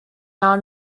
now